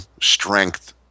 strength